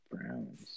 Browns